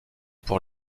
pour